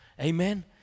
Amen